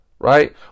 Right